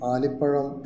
Aliparam